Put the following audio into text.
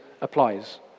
applies